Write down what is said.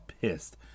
pissed